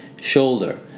shoulder